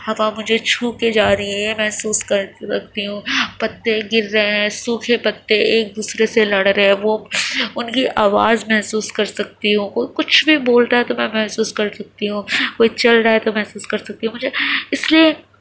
ہوا مجھے چھو کے جا رہی ہے محسوس کر رکھتی ہوں پتے گر رہے ہیں سوکھے پتے ایک دوسرے سے لڑ رہے ہیں وہ ان کی آواز محسوس کر سکتی ہوں کچھ بھی بول رہا ہے تو میں محسوس کر سکتی ہوں کوئی چل رہا ہے تو محسوس کر سکتی ہوں مجھے اس لیے